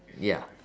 ya